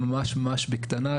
ממש בקטנה,